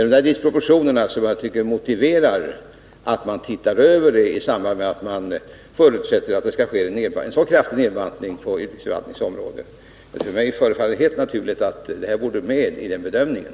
Denna disproportion motiverar att man ser över frågan i samband med att man förutsätter att det skall ske en så kraftig nedbantning på utrikesförvalt ningens område. Det förefaller mig vara helt naturligt att detta är med i bedömningen.